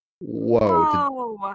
Whoa